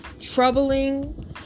troubling